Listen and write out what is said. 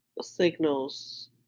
signals